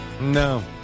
No